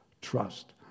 trust